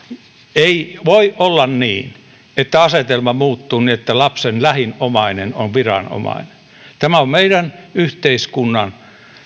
ei voi olla niin että asetelma muuttuu niin että lapsen lähin omainen on viranomainen tämä on meidän yhteiskunnan